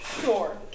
Sure